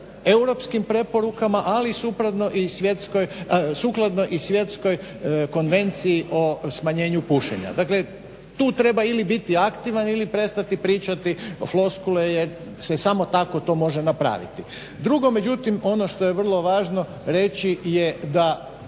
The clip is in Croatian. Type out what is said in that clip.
europskim preporukama ali i sukladno i svjetskoj konvenciji o smanjenju pušenja. Tu dakle treba biti aktualan ili prestati pričati floskule jer se samo tako to može napraviti. Drugo ono što je vrlo važno reći je da